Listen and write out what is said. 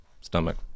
stomach